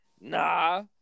Nah